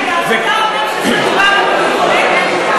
רגע, אז אתה אומר שמדובר במינוי פוליטי?